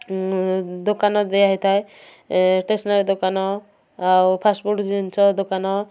ଦୋକାନ ଦିଆହେଇଥାଏ ଷ୍ଟେସ୍ନାରୀ ଦୋକାନ ଆଉ ଫାଷ୍ଟ୍ ଫୁଡ଼୍ ଜିନିଷ ଦୋକାନ